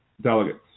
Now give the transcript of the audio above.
delegates